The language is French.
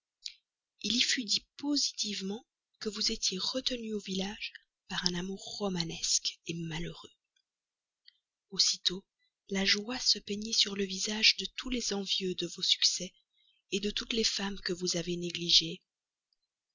il y fut dit positivement que vous étiez retenu au village par un amour romanesque malheureux aussitôt la joie se peignit sur le visage de tous les envieux de vos succès de toutes les femmes que vous avez négligées